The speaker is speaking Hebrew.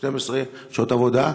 מ-12 שעות עבודה,